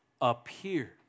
appeared